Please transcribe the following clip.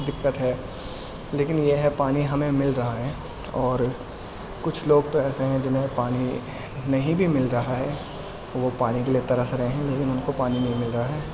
دقت ہے لیکن یہ ہے پانی ہمیں مل رہا ہے اور کچھ لوگ تو ایسے ہیں جنہیں پانی نہیں بھی مل رہا ہے وہ پانی کے لیے ترس رہے ہیں لیکن ان کو پانی نہیں مل رہا ہے